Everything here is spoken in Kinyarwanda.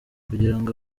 kugirango